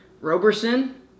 Roberson